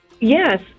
Yes